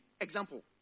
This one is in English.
example